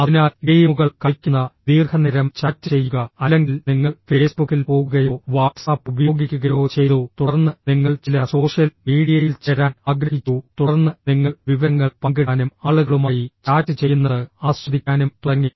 അതിനാൽ ഗെയിമുകൾ കളിക്കുന്ന ദീർഘനേരം ചാറ്റ് ചെയ്യുക അല്ലെങ്കിൽ നിങ്ങൾ ഫേസ്ബുക്കിൽ പോകുകയോ വാട്ട്സ്ആപ്പ് ഉപയോഗിക്കുകയോ ചെയ്തു തുടർന്ന് നിങ്ങൾ ചില സോഷ്യൽ മീഡിയയിൽ ചേരാൻ ആഗ്രഹിച്ചു തുടർന്ന് നിങ്ങൾ വിവരങ്ങൾ പങ്കിടാനും ആളുകളുമായി ചാറ്റ് ചെയ്യുന്നത് ആസ്വദിക്കാനും തുടങ്ങി